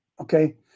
okay